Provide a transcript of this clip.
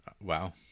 Wow